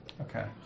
Okay